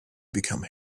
become